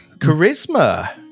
Charisma